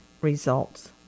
results